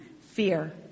Fear